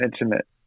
intimate